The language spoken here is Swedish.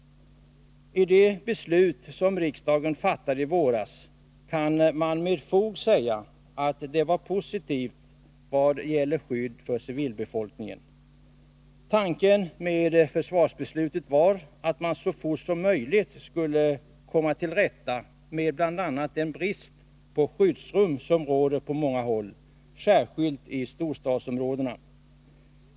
Det försvarsbeslut som riksdagen fattade i våras kan man med fog säga var positivt vad gäller skydd för civilbefolkningen. Tanken med beslutet var att man så fort som möjligt skulle komma till rätta med bl.a. den brist på skyddsrum som råder på många håll, särskilt i storstadsområdena.